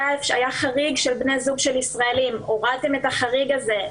היה חריג של בני זוג של ישראלים הורדתם את החריג הזה.